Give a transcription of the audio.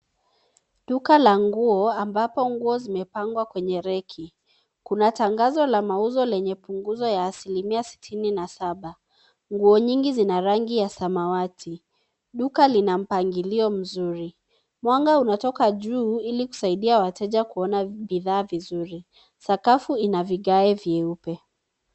Duka la nguo ambapo nguo zimepangwa kwenye reki. Kuna tangazo la mauzo lenye punguzo ya asilimia sitini na saba. Nguo nyingi zina rangi ya samawati. Duka lina mpangilio mzuri. Mwanga unatoka juu ili kusaidia wateja kuona bidhaa vizuri. Sakafu ina vigae vyeupe.